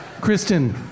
Kristen